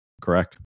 Correct